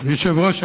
אדוני היושב-ראש,